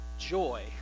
joy